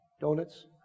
Donuts